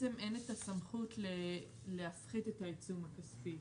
ובעצם אין את הסמכות להפחית את העיצום הכספי.